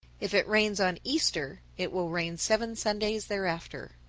if it rains on easter, it will rain seven sundays thereafter.